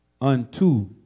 unto